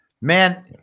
man